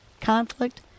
conflict